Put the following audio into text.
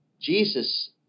Jesus